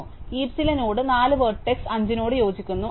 അതുകൊണ്ട് ഹീപ്സിലെ നോഡ് 4 വേർട്സ് 5 നോട് യോജിക്കുന്നു